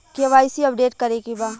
KYC update करे के बा?